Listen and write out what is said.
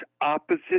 opposite